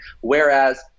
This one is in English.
whereas